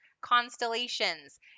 constellations